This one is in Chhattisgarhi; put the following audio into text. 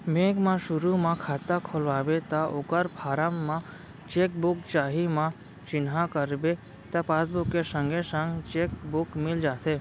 बेंक म सुरू म खाता खोलवाबे त ओकर फारम म चेक बुक चाही म चिन्हा करबे त पासबुक के संगे संग चेक बुक मिल जाथे